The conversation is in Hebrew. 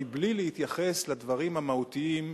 מבלי להתייחס לדברים המהותיים,